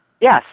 Yes